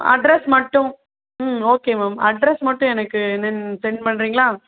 address மட்டும் ம் okay ma'am address மட்டும் எனக்கு என்னனு சென்ட் பண்ணுறிங்களா